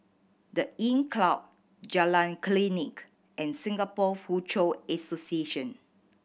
The Inncrowd Jalan Klinik and Singapore Foochow Association